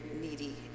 needy